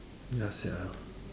ya sia